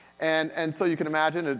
and and so you can imagine, and